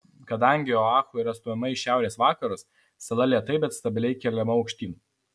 kadangi oahu yra stumiama į šiaurės vakarus sala lėtai bet stabiliai keliama aukštyn